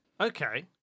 Okay